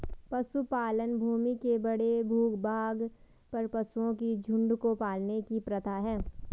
पशुपालन भूमि के बड़े भूभाग पर पशुओं के झुंड को पालने की प्रथा है